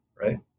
right